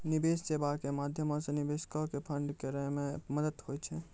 निवेश सेबा के माध्यमो से निवेशको के फंड करै मे मदत होय छै